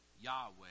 Yahweh